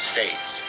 States